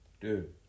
Dude